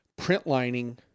printlining